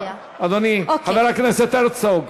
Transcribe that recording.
אדוני חבר הכנסת הרצוג,